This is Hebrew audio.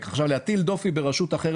אנחנו מטפלים בזה,